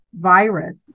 virus